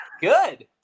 Good